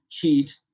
heat